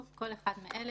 בלי קבלת